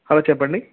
hello చెప్పండి